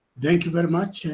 thank you very much.